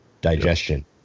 digestion